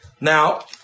Now